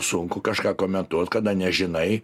sunku kažką komentuot kada nežinai